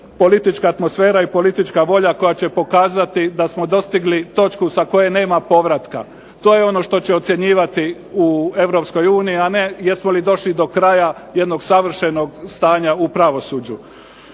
politička atmosfera i politička volja koja će pokazati da smo dostigli točku sa koje nema povratka. To je ono što će ocjenjivati u Europskoj uniji, a ne jesmo li došli do kraja jednog savršenog stanja u pravosuđu.